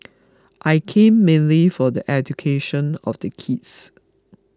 I came mainly for the education of the kids